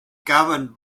governed